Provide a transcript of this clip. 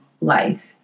life